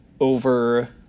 over